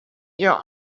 your